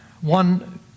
One